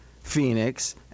Phoenix